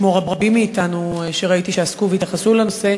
כמו רבים מאתנו שראיתי שעסקו והתייחסו לנושא,